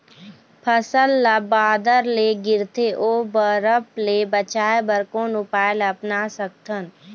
फसल ला बादर ले गिरथे ओ बरफ ले बचाए बर कोन उपाय ला अपना सकथन?